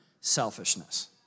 selfishness